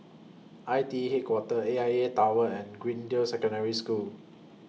I T E Headquarters A I A Tower and Greendale Secondary School